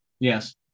Yes